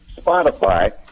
spotify